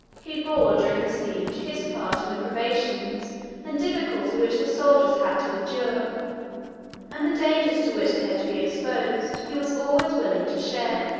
he bore during the siege his part in the privations and difficulties which the soldiers had to endure and the dangers to which they had to be exposed, he was always willing to share.